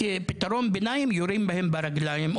כי כפתרון ביניים יורים להם ברגליים,